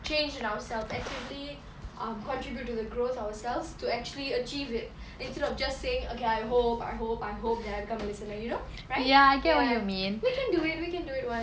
change in ourselves actively um contribute to the growth ourselves to actually achieve it instead of just saying okay I hope I hope I hope that I become a listener you know right ya we can do it we can do it one